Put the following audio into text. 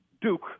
Duke